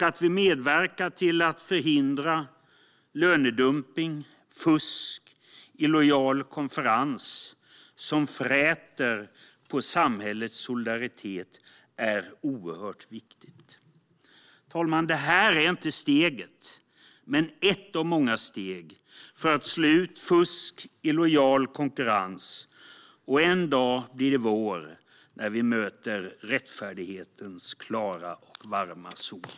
Att vi medverkar till att förhindra lönedumpning, fusk och illojal konkurrens som fräter på samhällets solidaritet är oerhört viktigt. Herr talman! Detta är inte steget, men det är ett av många steg för att slå ut fusk och illojal konkurrens. En dag blir det vår, då vi möter rättfärdighetens klara och varma sol.